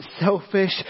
selfish